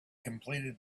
completed